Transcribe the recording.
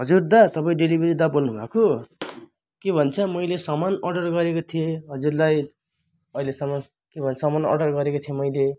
हजुर दा तपाईँ डेलिभरी दा बोल्नुभएको के भन्छ मैले सामान अर्डर गरेको थिएँ हजुरलाई अहिलेसम्म के भन्छ सामान अर्डर गरेको थिएँ मैले